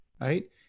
right